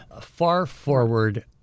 far-forward